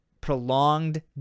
prolonged